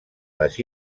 les